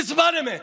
בזמן אמת,